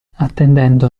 attendendo